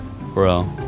Bro